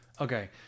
okay